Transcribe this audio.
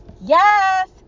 Yes